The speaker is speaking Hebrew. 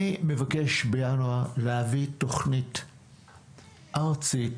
אני מבקש בינואר להביא תוכנית ארצית,